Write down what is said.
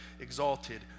exalted